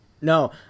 No